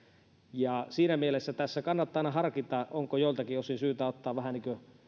siinä mielessä tässä kannattaa aina harkita onko joiltakin osin syytä ottaa vähän